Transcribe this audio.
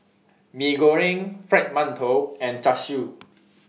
Mee Goreng Fried mantou and Char Siu